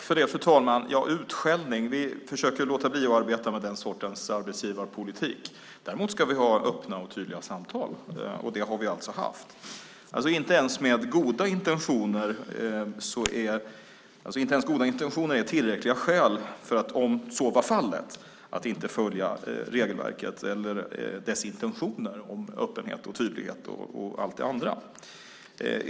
Fru talman! Utskällning - vi försöker att låta bli att arbeta med den sortens arbetsgivarpolitik. Däremot ska vi ha öppna och tydliga samtal, och det har vi haft. Inte ens goda intentioner är tillräckliga skäl för att, om så var fallet, inte följa regelverket eller dess intentioner om öppenhet, tydlighet och så vidare.